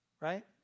right